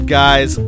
guys